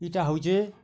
ଏଇଟା ହଉଛେ